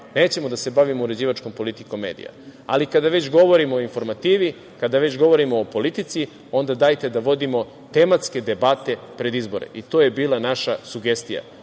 Nećemo da se bavimo uređivačkom politikom medija. Kada već govorimo o informativi, kada već govorimo o politici, onda dajte da vodimo tematske debate pred izbore. To je bila naša sugestija. Usvojili